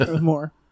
more